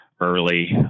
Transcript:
early